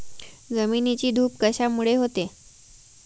जमिनीची धूप कशामुळे होते?